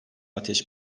ateş